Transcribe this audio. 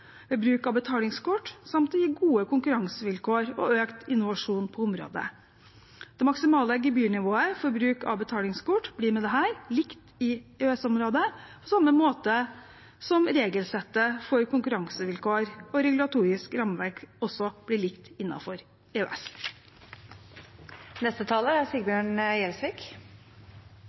ved bruk av betalingskort samt å gi gode konkurransevilkår og økt innovasjon på området. Det maksimale gebyrnivået for bruk av betalingskort blir med dette likt i EØS-området, på samme måte som regelsettet for konkurransevilkår og regulatorisk rammeverk også blir likt innenfor EØS. Som saksordføreren viste til, er